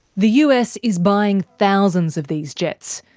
the us is buying thousands of these jets.